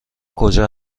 کجا